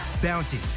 Bounty